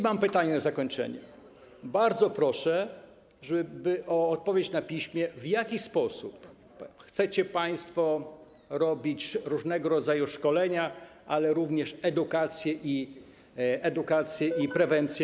Mam pytanie na zakończenie - bardzo proszę o odpowiedź na piśmie - w jaki sposób chcecie państwo robić różnego rodzaju szkolenia, ale również edukację i prewencję.